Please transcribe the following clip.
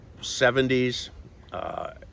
70s